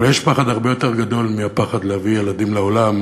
אבל יש פחד הרבה יותר גדול מהפחד להביא ילדים לעולם